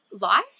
life